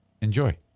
enjoy